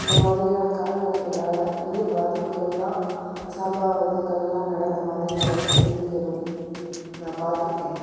இந்த மாதிரியான கால்நடைகளால் பெரிய பாதிப்புகள்லாம் அசம்பாவிதங்கள்லாம் நடந்த மாதிரி நிறைய செய்திகளும் நான் பார்த்துருக்கேன்